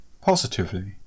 positively